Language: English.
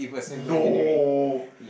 no